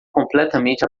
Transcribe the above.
completamente